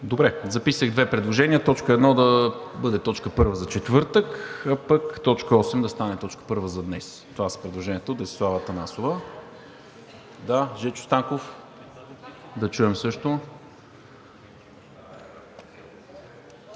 Добре, записах две предложения – точка едно да бъде точка първа за четвъртък, а пък точка осем да стане точка първа за днес. Това са предложенията от Десислава Атанасова. Да, Жечо Станков да чуем също.